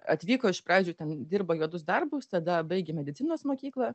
atvyko iš pradžių ten dirbo juodus darbus tada baigė medicinos mokyklą